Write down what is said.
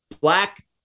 black